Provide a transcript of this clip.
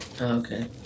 Okay